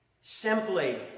Simply